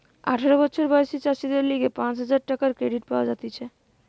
আঠারো বছর বয়সী চাষীদের লিগে পাঁচ হাজার টাকার ক্রেডিট পাওয়া যাতিছে